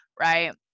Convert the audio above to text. right